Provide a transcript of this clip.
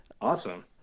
Awesome